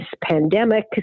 pandemic